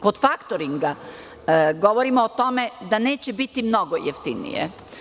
Kod faktoringa, govorimo o tome da neće biti mnogo jeftinije.